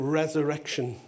resurrection